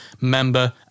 member